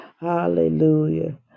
hallelujah